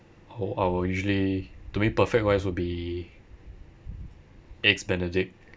I will I will usually to me perfect wise will be eggs benedict